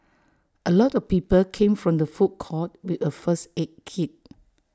A lot of people came from the food court with A first aid kit